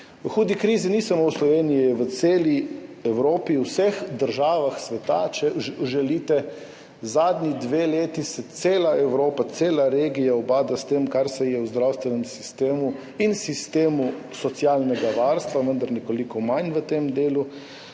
V hudi krizi ni samo v Sloveniji, je v celi Evropi, v vseh državah sveta, če želite. Zadnji dve leti se cela Evropa, cela regija ubada s tem, kar se ji je v zdravstvenem sistemu in sistemu socialnega varstva, vendar nekoliko manj v tem delu,